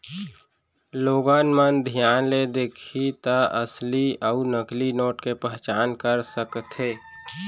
लोगन मन धियान ले देखही त असली अउ नकली नोट के पहचान कर सकथे